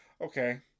okay